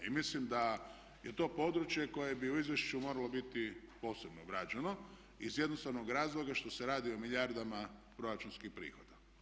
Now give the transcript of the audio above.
I mislim da je to područje koje bi u izvješću moralo biti posebno obrađeno iz jednostavnog razloga što se radi o milijardama proračunskih prihoda.